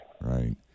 Right